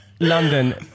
London